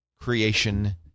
creation